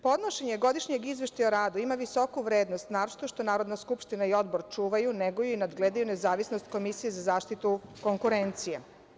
Podnošenje godišnjeg izveštaja o radu ima visoku vrednost, naročito što Narodna skupština i Odbor čuvaju, neguju i nadgledaju nezavisnost Komisije za zaštitu konkurencije.